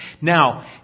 Now